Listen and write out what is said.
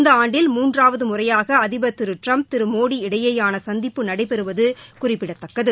இந்த ஆண்டில் மூன்றாவது முறையாக அதிபர் திரு ட்டிரம்ப் திரு மோடி இடையேயான சந்திப்பு நடைபெறுவது குறிப்பிடத்தக்கது